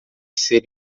ser